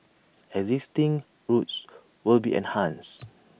existing routes will be enhanced